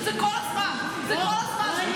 זה כל הזמן, זה כל הזמן.